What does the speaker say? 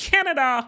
Canada